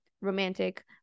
romantic